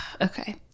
Okay